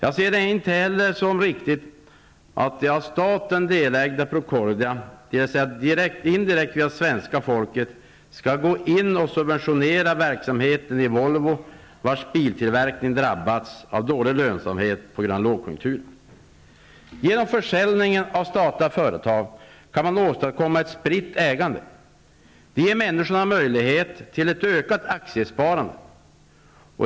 Jag anser det inte heller riktigt att det av staten delägda Procordia indirekt via svenska folket går in och subventionerar verksamheten i Volvo, vars biltillverkning drabbats av dålig lönsamhet på grund av lågkonjunkturen. Genom försäljningen av statliga företag kan man åstadkomma ett spritt ägande. Det ger människorna möjlighet till ett ökat aktiesparande.